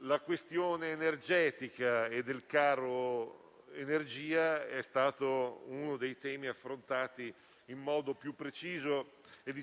la questione energetica e del caro energia è stato uno dei temi affrontati in modo più preciso e